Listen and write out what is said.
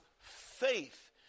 faith